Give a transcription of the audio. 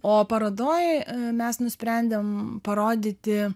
o parodoj mes nusprendėm parodyti